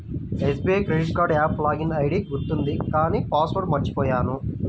SBI credit card app login ID గుర్తుంది కానీ password మర్చిపొయ్యాను